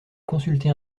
consulté